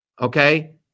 okay